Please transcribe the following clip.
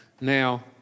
Now